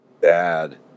Bad